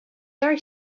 very